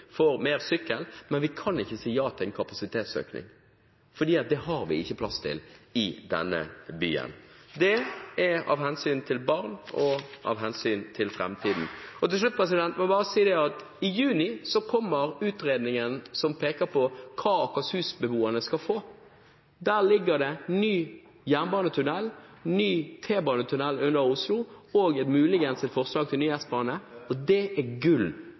for mer kollektivtransport, mer sykling. Men vi kan ikke si ja til en kapasitetsøkning, for det har vi ikke plass til i denne byen. Det er av hensyn til barn og av hensyn til framtiden. Til slutt må jeg bare si at i juni kommer utredningen som peker på hva Akershus-beboerne skal få. Der ligger det forslag om ny jernbanetunnel, ny T-banetunnel under Oslo og muligens et forslag om ny S-bane. Det er gull